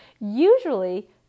usually